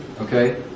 Okay